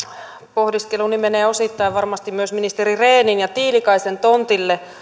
pohdiskeluni menee osittain varmasti myös ministeri rehnin ja tiilikaisen tontille